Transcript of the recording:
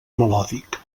melòdic